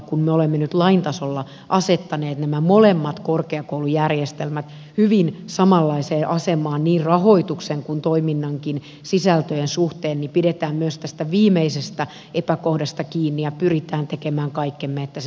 kun me olemme nyt lain tasolla asettaneet nämä molemmat korkeakoulujärjestelmät hyvin samanlaiseen asemaan niin rahoituksen kuin toiminnankin sisältöjen suhteen niin pidetään myös tästä viimeisestä epäkohdasta kiinni ja pyritään tekemään kaikkemme että se näin menisi